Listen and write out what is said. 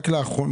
רק לאחרונה,